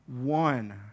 One